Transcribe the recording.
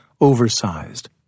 oversized